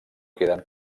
queden